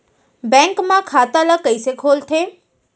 Bank म खाता ल कइसे खोलथे?